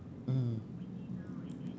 mm